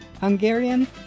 Hungarian